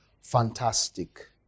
fantastic